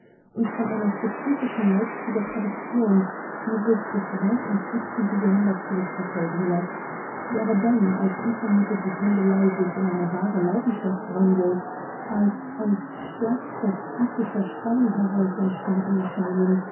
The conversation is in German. und von einer spezifischen leipziger tradition die sich bis weit ins jahrhundert zurück verfolgen läßt die aber dann als unvermutet die tändelei sich in eine wahre leidenschaft wandelt als aus stärkster psychischer spannung heraus entstanden erscheinen